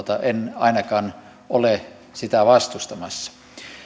en ainakaan ole sitä vastustamassa